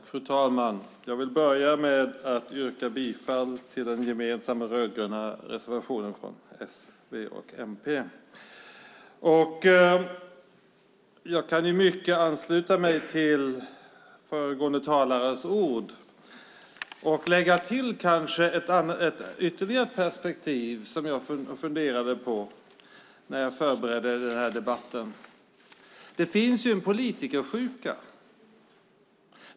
Fru talman! Jag vill börja med att yrka bifall till den gemensamma reservationen från s, v och mp. Jag kan i mycket ansluta mig till föregående talares ord och kanske lägga till ytterligare ett perspektiv som jag funderade på när jag förberedde den här debatten. Det finns en politikersjuka.